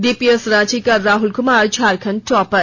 DPS Ranchi का Rahul Kumar Jharkhand topper